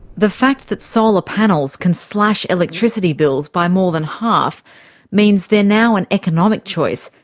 the fact that solar panels can slash electricity bills by more than half means they are now an economic choice,